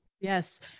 Yes